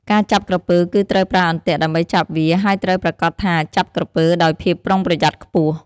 ការចាប់ក្រពើគឺត្រូវប្រើអន្ទាក់ដើម្បីចាប់វា ហើយត្រូវប្រាកដថាចាប់ក្រពើដោយភាពប្រុងប្រយ័ត្នខ្ពស់។